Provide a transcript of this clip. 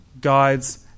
guides